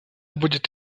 будет